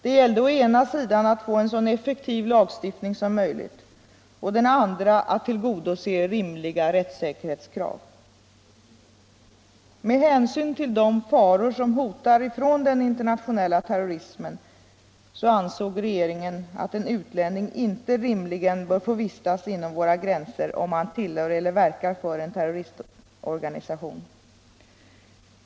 Det gällde å ena sidan att få en så effektiv lagstiftning som möjligt och å den andra att tillgodose rimliga rättssäkerhetskrav. Med hänsyn till de faror som hotar från den internationella terrorismen ansåg regeringen att en utlänning inte rimligen bör få vistas inom våra gränser om han tillhör eller verkar för en terroristorganisation.